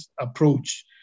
approach